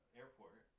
airport